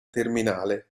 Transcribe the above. terminale